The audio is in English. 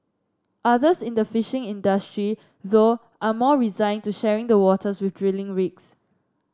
others in the fishing industry though are more resigned to sharing the waters with drilling rigs